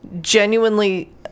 genuinely